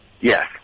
Yes